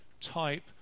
type